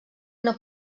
una